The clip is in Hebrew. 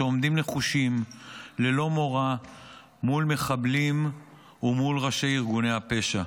ללא מורא מול מחבלים ומול ראשי ארגוני הפשע.